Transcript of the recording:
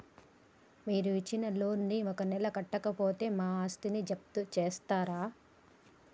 మీరు ఇచ్చిన లోన్ ను ఒక నెల కట్టకపోతే మా ఆస్తిని జప్తు చేస్తరా?